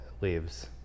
leaves